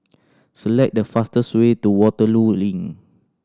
select the fastest way to Waterloo Link